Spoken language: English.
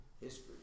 history